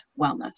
wellness